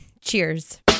Cheers